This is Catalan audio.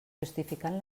justificant